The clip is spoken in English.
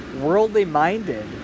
worldly-minded